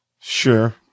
Sure